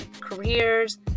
careers